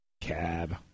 Cab